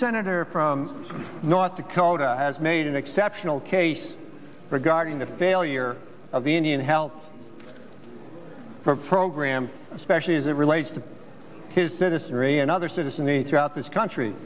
senator from north dakota has made an exceptional case regarding the failure of the indian help for program especially as it relates to his citizenry another citizen the throughout this country